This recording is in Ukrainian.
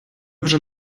вже